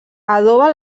adoba